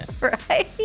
Right